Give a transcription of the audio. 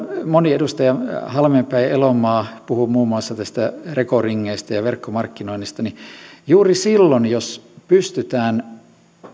moni edustaja halmeenpää ja elomaa puhui muun muassa näistä reko ringeistä ja verkkomarkkinoinnista juuri silloin jos pystytään